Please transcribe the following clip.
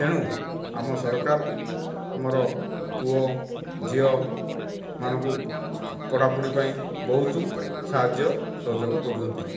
ତେଣୁ ଆମ ସରକାର ଆମର ପୁଅ ଝିଅମାନଙ୍କୁ ପଢ଼ାପଢ଼ିପାଇଁ ବହୁତ ସାହାଯ୍ୟ ସହଯୋଗ କରୁଛନ୍ତି